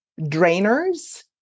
drainers